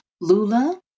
Lula